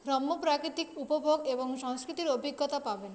গ্রাম্য প্রাকৃতিক উপভোগ এবং সাংস্কৃতিক অভিজ্ঞতা পাবেন